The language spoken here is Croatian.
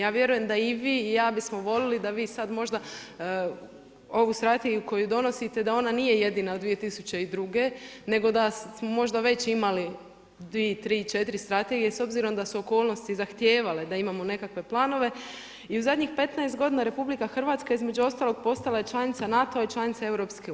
Ja vjerujem da i vi i ja bismo voljeli možda ovu strategiju koju donosite da ona nije jedina od 2002., nego da smo možda već imali 2,3,4 strategije, s obzirom da su okolnosti zahtijevale da imamo nekakve planove i u zadnjih 15 godina RH između ostalog postala je članica NATO-a i članica EU.